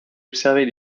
observer